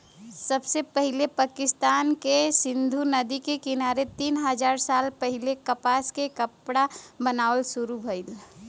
सबसे पहिले पाकिस्तान के सिंधु नदी के किनारे तीन हजार साल पहिले कपास से कपड़ा बनावल शुरू भइल